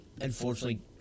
unfortunately